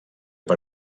per